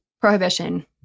Prohibition